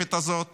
המזויפת הזאת